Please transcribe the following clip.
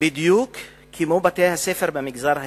בדיוק כמו בתי-הספר במגזר היהודי.